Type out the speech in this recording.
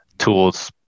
Tools